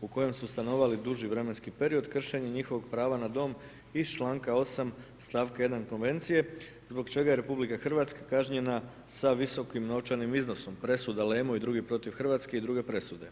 u kojem su stanovali duži vremenski period, kršenje njihovog prava na dom iz čl. 8. stavka 1 konvencije, zbog čega je RH kažnjena sa visokim novčanim iznosom. … i drugi protiv Hrvatske i druge presude.